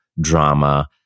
drama